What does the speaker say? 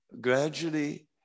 gradually